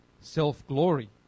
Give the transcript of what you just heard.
self-glory